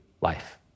life